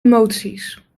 emoties